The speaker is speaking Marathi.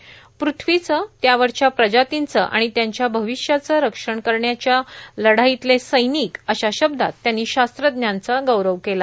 पृथ्वीचं त्यावरच्या प्रजातींचं आणि त्यांच्या भविष्याचं रक्षण करण्याच्या लढाईतले सैनिक अशा शब्दात त्यांनी शास्त्रज्ञांचा गौरव केला